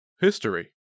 History